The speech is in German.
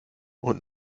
und